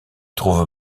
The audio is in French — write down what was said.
trouve